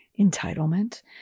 Entitlement